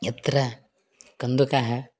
यत्र कन्दुकः